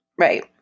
Right